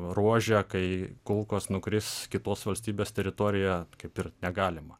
ruože kai kulkos nukris kitos valstybės teritorijoje kaip ir negalima